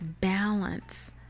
balance